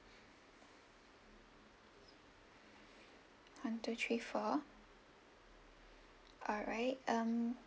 one two three four alright um